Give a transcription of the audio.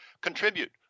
contribute